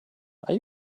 are